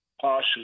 partially